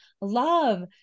love